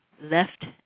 left